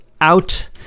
out